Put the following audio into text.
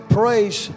praise